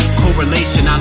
correlation